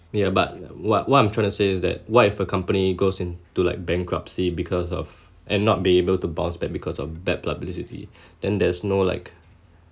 ya but what what I'm trying to say is that what if a company goes into like bankruptcy because of and not be able to bounce back because of bad publicity then there's no like